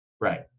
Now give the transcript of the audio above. Right